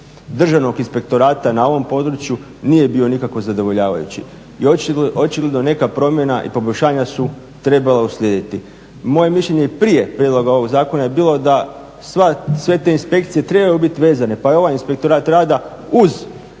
Državnog inspektorata na ovom području nije bio nikako zadovoljavajući i očigledno neka promjena i poboljšanja su trebala uslijediti. Moje mišljenje je prije prijedloga ovog zakona bilo da sve te inspekcije trebaju biti vezane pa je ovaj Inspektorat rada uz